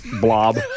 blob